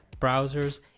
browsers